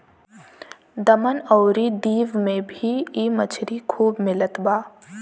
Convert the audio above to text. दमन अउरी दीव में भी इ मछरी खूब मिलत बा